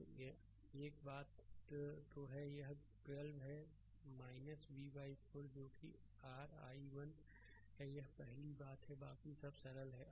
तो एक ही बात तो यह 12 है v 4 जो कि r i1 है यह पहली बात है बाकी सब सरल हैं